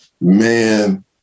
man